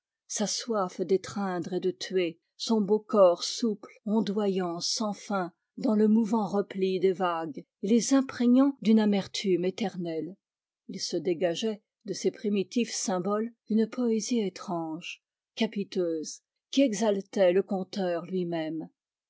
sa soif d'étreindre et de tuer son beau corps souple ondoyant sans fin dans le mouvant repli des vagues et les imprégnant d'une amertume éternelle il se dégageait de ces primitifs symboles une poésie étrange capiteuse qui exaltait le conteur lui-même